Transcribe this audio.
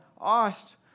asked